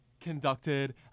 conducted